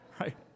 right